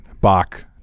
Bach